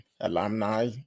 alumni